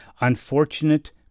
Unfortunate